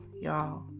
y'all